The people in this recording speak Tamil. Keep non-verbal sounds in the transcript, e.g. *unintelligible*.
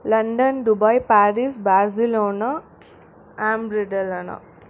London Dubai Paris Barcelona *unintelligible*